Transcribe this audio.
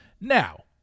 Now